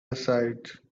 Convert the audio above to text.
aside